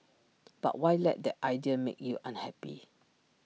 but why let that idea make you unhappy